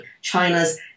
China's